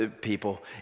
people